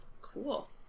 Cool